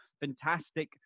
Fantastic